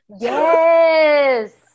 yes